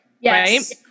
Yes